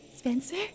Spencer